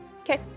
Okay